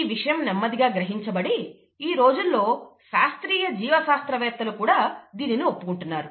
ఈ విషయం నెమ్మదిగా గ్రహించబడి ఈ రోజుల్లో శాస్త్రీయ జీవ శాస్త్రవేత్తలు కూడా దీనిని ఒప్పుకుంటున్నారు